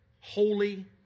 holy